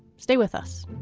stay with us